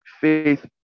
Faith